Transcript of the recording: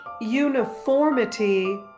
uniformity